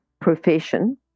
profession